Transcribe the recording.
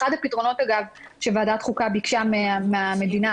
אחד הפתרונות שוועדת החוקה ביקשה מן המדינה